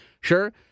Sure